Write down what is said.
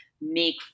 make